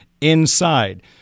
inside